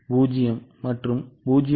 0 மற்றும் 0